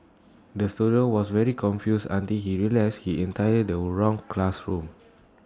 the student was very confused until he realised he entered the wrong classroom